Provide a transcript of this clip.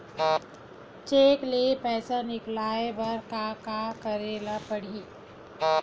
Cheque ले पईसा निकलवाय बर का का करे ल पड़हि?